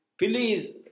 Please